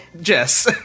Jess